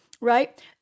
right